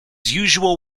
usual